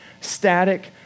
static